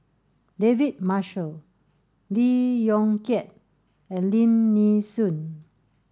David Marshall Lee Yong Kiat and Lim Nee Soon